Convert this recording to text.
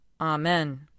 Amen